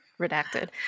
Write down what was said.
redacted